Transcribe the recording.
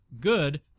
good